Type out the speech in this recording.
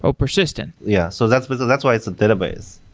ah persistent. yeah. so that's but so that's why it's a database.